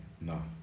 No